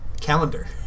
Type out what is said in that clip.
Calendar